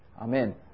Amen